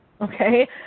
Okay